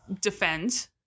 defend